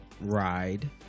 ride